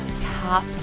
top